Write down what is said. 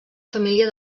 família